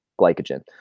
glycogen